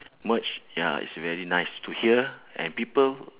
merge ya it's very nice to hear and people